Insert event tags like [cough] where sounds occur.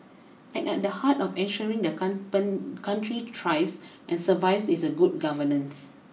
and at the heart of ensuring the [unintelligible] country thrives and survives is good governance